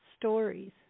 stories